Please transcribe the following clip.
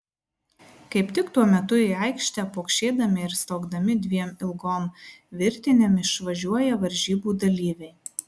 kaip tik tuo metu į aikštę pokšėdami ir staugdami dviem ilgom virtinėm išvažiuoja varžybų dalyviai